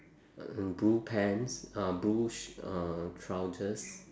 and blue pants uh blue sh~ uh trousers